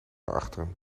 achteren